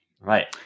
Right